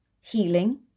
healing